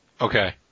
Okay